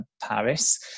Paris